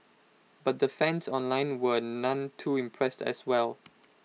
but the fans online were none too impressed as well